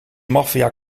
maffia